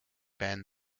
been